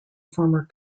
former